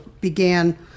began